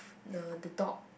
the the dog